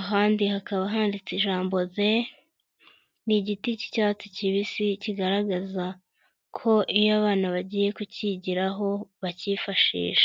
ahandi hakaba handitse ijambo de, ni igiti cy'icyatsi kibisi kigaragaza ko iyo abana bagiye kukigiraho bakifashisha.